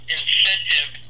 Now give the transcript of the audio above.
incentive